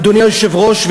אדוני היושב-ראש,